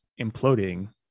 imploding